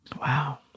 Wow